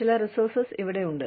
ചില റീസോർസസ് ഇവിടെയുണ്ട്